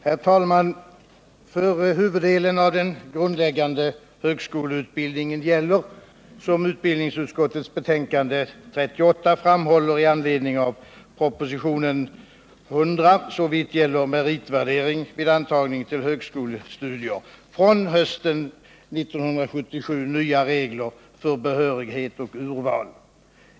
Herr talman! För huvuddelen av den grundläggande högskoleutbildningen gäller, som framgår av utbildningsutskottets betänkande nr 38 med anledning av propositionen 100 såvitt gäller meritvärdering vid antagning till högskolestudier, från hösten 1977 nya regler för behörighet och urval.